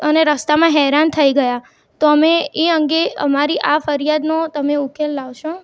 અને રસ્તામાં હેરાન થઈ ગયા તો અમે એ અંગે અમારી આ ફરિયાદનો તમે ઉકેલ લાવશો